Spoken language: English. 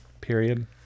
period